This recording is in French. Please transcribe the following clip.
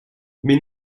mais